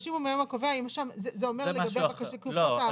זה אומר לגבי --- לא.